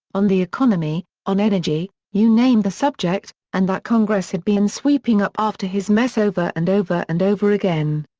on the economy, on energy, you name the subject and that congress had been sweeping up after his mess over and over and over again.